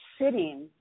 sitting